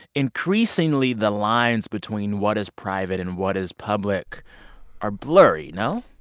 increasingly the lines between what is private and what is public are blurry, no?